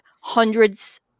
hundreds